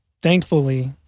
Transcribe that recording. Thankfully